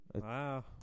Wow